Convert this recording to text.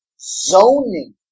zoning